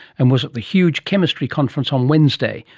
and was at the huge chemistry conference on wednesday,